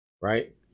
right